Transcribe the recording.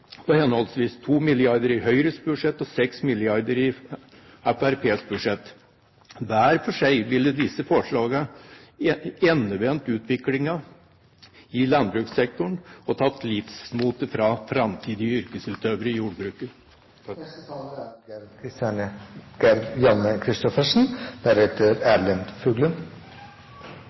på henholdsvis 2 mrd. kr i Høyres budsjett og 6 mrd. kr i Fremskrittspartiets budsjett. Hver for seg ville disse forslagene endevendt utviklingen i landbrukssektoren og tatt livsmotet fra framtidige yrkesutøvere i jordbruket.